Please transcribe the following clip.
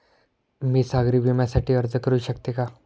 मी सागरी विम्यासाठी अर्ज करू शकते का?